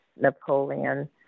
Napoleon